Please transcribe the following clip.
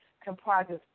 comprises